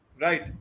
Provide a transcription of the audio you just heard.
Right